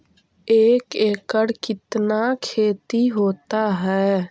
एक एकड़ कितना खेति होता है?